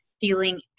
feeling